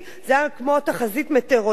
זה היה כמו תחזית מטאורולוגית,